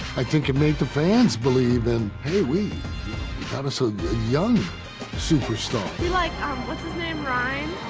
i think it made the fans believe in, hey, we got us a young superstar. we like, um what's his name, ryne?